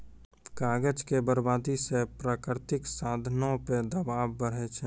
कागज के बरबादी से प्राकृतिक साधनो पे दवाब बढ़ै छै